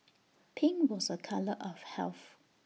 pink was A colour of health